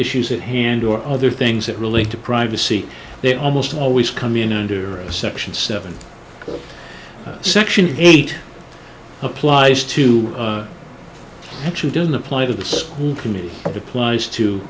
issues at hand or other things that relate to privacy they almost always come in under a section seven section eight applies to action doesn't apply to the school committee applies to